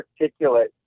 articulate